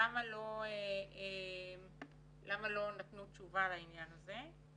למה לא נתנו תשובה ברורה לעניין הזה.